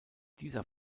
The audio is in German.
dieser